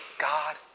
God